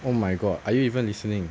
oh my god are you even listening